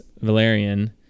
Valerian